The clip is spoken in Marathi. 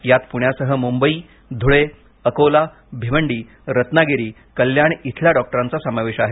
यात प्रण्यासह मुंबई ध्रळे अकोला भिवंडी रत्नागिरी कल्याण इथल्या डॉक्टरांचा समावेश आहे